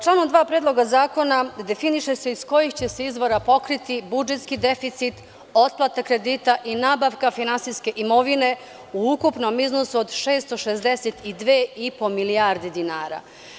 Članom 2. Predloga zakona definiše se iz kojih će se izvora pokriti budžetski deficit otplate kredita i nabavka finansijske imovine u ukupnom iznosu od 662 i po milijarde dinara.